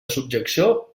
subjecció